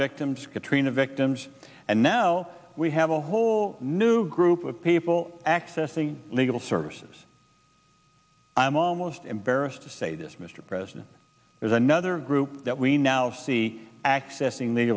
victims katrina victims and now we have a whole new group of people access the legal services i'm almost embarrassed to say this mr president there's another group that we now see accessing the